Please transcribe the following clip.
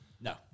No